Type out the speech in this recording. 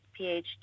PhD